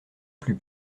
plus